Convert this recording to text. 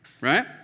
right